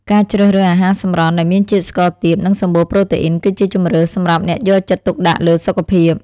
ការជ្រើសរើសអាហារសម្រន់ដែលមានជាតិស្ករទាបនិងសម្បូរប្រូតេអ៊ីនគឺជាជម្រើសសម្រាប់អ្នកយកចិត្តទុកដាក់លើសុខភាព។